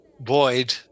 Boyd